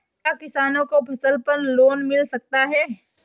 क्या किसानों को फसल पर लोन मिल सकता है?